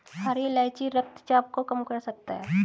हरी इलायची रक्तचाप को कम कर सकता है